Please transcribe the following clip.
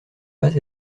pas